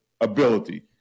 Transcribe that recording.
ability